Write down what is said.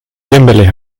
kimberly